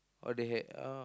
oh they had orh